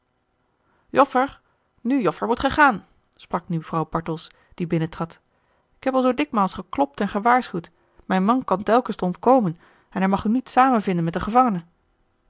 nu joffer moet gij gaan sprak nu vrouw bartels die binnentrad ik heb al zoo dikmaals geklopt en gewaarschuwd mijn man kan t elken stond komen en hij mag u niet samen vinden met den gevangene